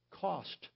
cost